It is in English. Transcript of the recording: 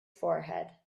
forehead